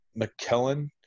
McKellen